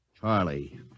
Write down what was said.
Charlie